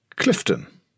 Clifton